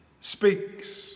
speaks